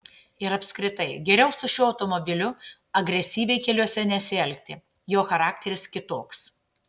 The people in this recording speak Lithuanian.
ir apskritai geriau su šiuo automobiliu agresyviai keliuose nesielgti jo charakteris kitoks